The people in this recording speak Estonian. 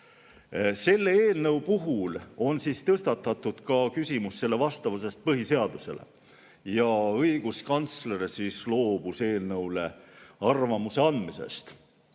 Selle eelnõu puhul on tõstatatud küsimus selle vastavusest põhiseadusele. Õiguskantsler loobus oma arvamuse andmisest.